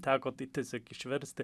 teko tai tiesiog išversti